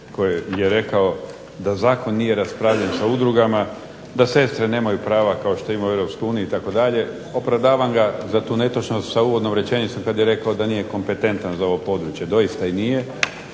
koji je rekao da zakon nije raspravljen sa udrugama, da sestre nemaju prava kao što ima u Europskoj uniji itd. Opravdavam ga za tu netočnost sa uvodnom rečenicom kad je rekao da nije kompetentan za ovo područje. Doista i nije.